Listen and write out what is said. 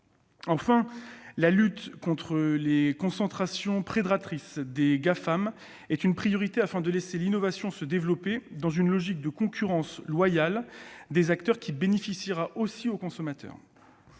Enfin, la lutte contre les concentrations prédatrices des Gafam est une priorité, afin de laisser l'innovation se développer, dans une logique de concurrence loyale des acteurs qui bénéficiera aussi aux consommateurs.